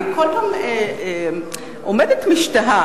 אני כל פעם עומדת משתאה.